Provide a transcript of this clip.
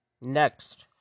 Next